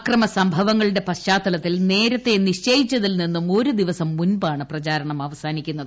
അക്രമസംഭവങ്ങളുടെ പശ്ചാത്തലത്തിൽ നേരത്തെ നിശ്ചയിച്ചതിൽ നിന്നും ഒരു ദിവസം മൂമ്പാണ് പ്രച്ചാരുണ്ട് അവസാനിക്കുന്നത്